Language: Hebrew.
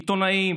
עיתונאים,